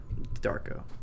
darko